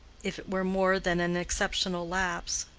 if it were more than an exceptional lapse.